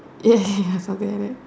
ya ya ya something like that